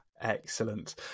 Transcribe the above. Excellent